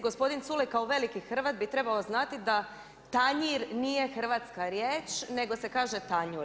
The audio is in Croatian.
Gospodin Culej kao veliki Hrvat bi trebao znati da tanjir nije hrvatska riječ, nego se kaže tanjur.